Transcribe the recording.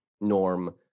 Norm